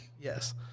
yes